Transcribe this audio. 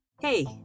Hey